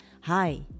Hi